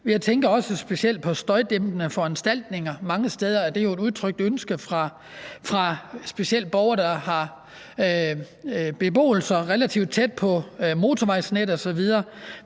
Jeg tænker også specielt på støjdæmpende foranstaltninger. Mange steder er det jo et udtrykt ønske fra specielt borgere, der har beboelser relativt tæt på motorvejsnettet osv.,